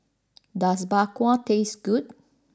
does Bak Kwa taste good